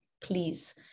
Please